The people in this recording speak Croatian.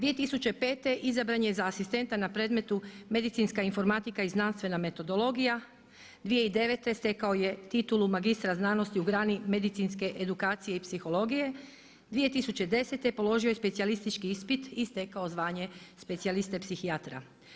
2005. izabran je za asistenta na predmetu Medicinska informatika i znanstvena metodologija, 2009. stekao je titulu magistra znanosti u grani Medicinske edukacije i psihologije, 2010. položio je specijalistički ispit i stekao zvanje specijaliste psihijatra.